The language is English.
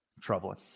troubling